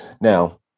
Now